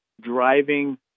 driving